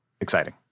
exciting